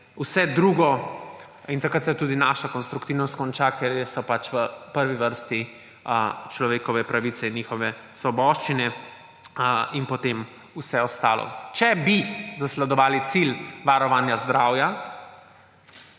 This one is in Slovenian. vse drugo. In takrat se je tudi naša konstruktivnost končala, ker so v prvi vrsti človekove pravice in njihove svoboščine, potem pa vse ostalo. Če bi zasledovali cilj varovanja zdravja,